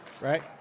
Right